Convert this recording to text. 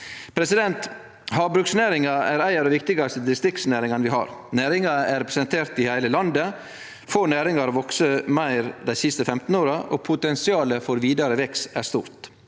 vekst. Havbruksnæringa er ei av dei viktigaste distriktsnæringane vi har. Næringa er representert i heile landet, få næringar har vakse meir dei siste 15 åra, og potensialet for vidare vekst er stort.